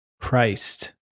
Christ